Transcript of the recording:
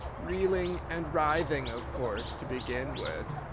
reeling and writhing, of course, to begin with,